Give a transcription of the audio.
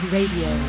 Radio